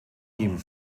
ihm